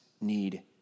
need